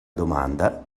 domanda